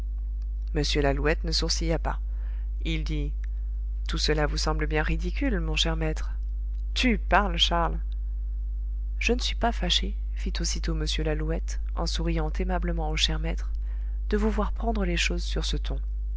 m lalouette ne sourcilla pas il dit tout cela vous semble bien ridicule mon cher maître tu parles charles je ne suis pas fâché fit aussitôt m lalouette en souriant aimablement au cher maître de vous voir prendre les choses sur ce ton